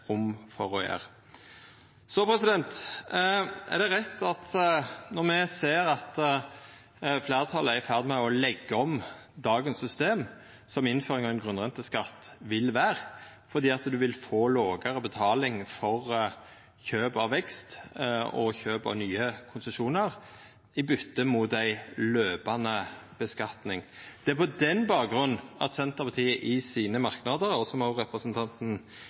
rom for å gjera. Så er det rett at når me ser at fleirtalet er i ferd med å leggja om dagens system som innføring av ein grunnrenteskatt vil vera, fordi ein vil få lågare betaling for kjøp av vekst og kjøp av nye konsesjonar i bytte mot ei løpande skattlegging, er det på den bakgrunn Senterpartiet i sine merknader, som òg representanten